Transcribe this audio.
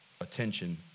attention